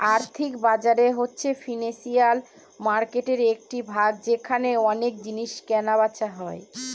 আর্থিক বাজার হচ্ছে ফিনান্সিয়াল মার্কেটের একটি ভাগ যেখানে অনেক জিনিসের কেনা বেচা হয়